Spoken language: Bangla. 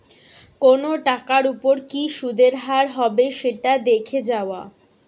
কোনো টাকার ওপর কি সুধের হার হবে সেটা দেখে যাওয়া